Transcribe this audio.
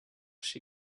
she